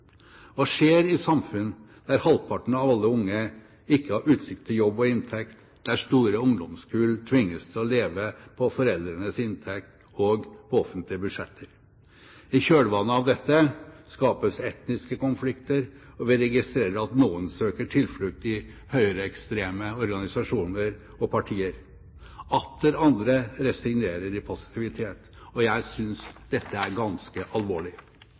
Hva skjer i samfunn der halvparten av alle unge ikke har utsikt til jobb og inntekt, der store ungdomskull tvinges til å leve på foreldrenes inntekt og offentlige budsjetter? I kjølvannet av dette skapes etniske konflikter, og vi registrerer at noen søker tilflukt i høyreekstreme organisasjoner og partier. Atter andre resignerer i passivitet. Jeg synes dette er ganske alvorlig.